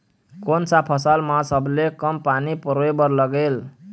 कोन सा फसल मा सबले कम पानी परोए बर लगेल?